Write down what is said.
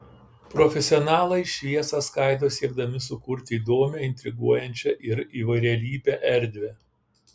profesionalai šviesą skaido siekdami sukurti įdomią intriguojančią ir įvairialypę erdvę